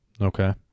okay